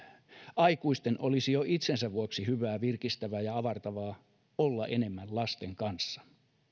aikuisten olisi jo itsensä vuoksi hyvää virkistävää ja avartavaa olla enemmän lasten kanssa